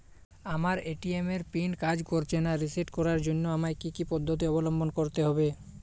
আমার এ.টি.এম এর পিন কাজ করছে না রিসেট করার জন্য আমায় কী কী পদ্ধতি অবলম্বন করতে হবে?